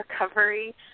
recovery